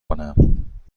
کنم